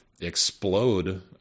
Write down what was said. explode